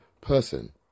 person